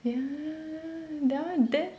yeah that one damn